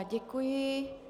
Děkuji.